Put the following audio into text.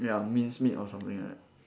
ya minced meat or something like that